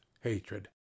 hatred